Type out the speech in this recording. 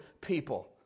people